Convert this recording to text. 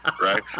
Right